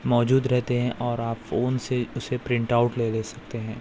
موجود رہتے ہیں اور آپ فون سے اسے پرنٹ آؤٹ لے لے سکتے ہیں